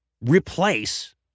replace